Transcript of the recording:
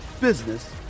business